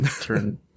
turn